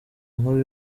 nkuru